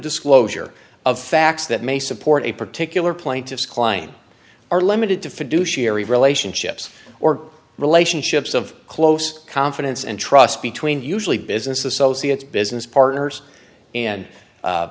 disclosure of facts that may support a particular plaintiff's klein are limited to fiduciary relationships or relationships of close confidence and trust between usually business associates business partners and